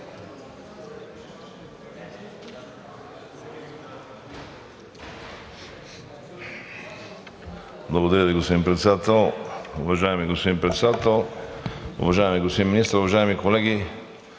Благодаря Ви, господин Председател. Уважаеми господин Председател, уважаеми господин Министър, уважаеми колеги!